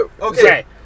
Okay